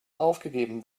aufgegeben